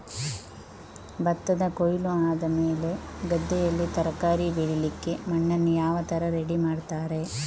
ಭತ್ತದ ಕೊಯ್ಲು ಆದಮೇಲೆ ಗದ್ದೆಯಲ್ಲಿ ತರಕಾರಿ ಬೆಳಿಲಿಕ್ಕೆ ಮಣ್ಣನ್ನು ಯಾವ ತರ ರೆಡಿ ಮಾಡ್ತಾರೆ?